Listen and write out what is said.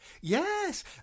Yes